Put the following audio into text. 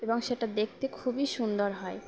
এবং সেটা দেখতে খুবই সুন্দর হয়